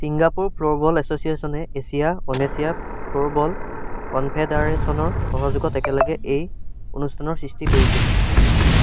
Singapore floorball এছ'চিয়েচনে Asia অ'নেচিয়া floorball কনফেডাৰেচনৰ সহযোগত একেলগে এই অনুষ্ঠানৰ সৃষ্টি কৰিছিল